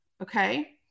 okay